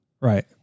right